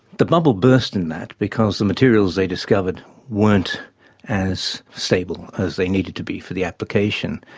the bubble burst in that because the materials they discovered weren't as stable as they needed to be for the application,